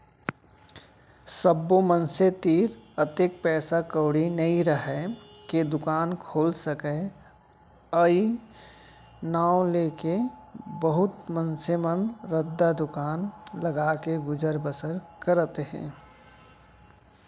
सब्बो मनसे तीर अतेक पइसा कउड़ी नइ राहय के दुकान खोल सकय अई नांव लेके बहुत मनसे मन रद्दा दुकान लगाके गुजर बसर करत हें